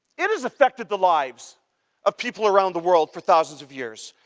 it has affected the lives of people around the world for thousands of years.